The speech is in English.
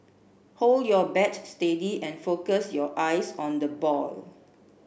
hold your bat steady and focus your eyes on the ball